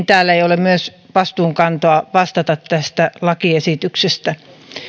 täällä ei ole myös vastuunkantoa vastata tästä lakiesityksestä